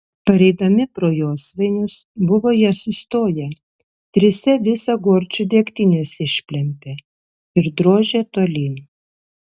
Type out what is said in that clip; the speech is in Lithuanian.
pareidami pro josvainius buvo jie sustoję trise visą gorčių degtinės išplempė ir drožė tolyn